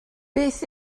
beth